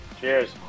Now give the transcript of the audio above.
Cheers